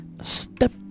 Step